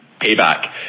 Payback